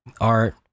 art